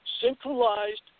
centralized